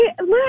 Look